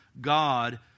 God